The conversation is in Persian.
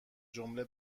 جمله